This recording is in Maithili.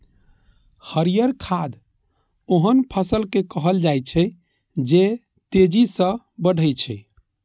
हरियर खाद ओहन फसल कें कहल जाइ छै, जे तेजी सं बढ़ै छै